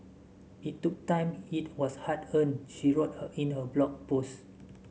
it took time it was hard earned she wrote her in her Blog Post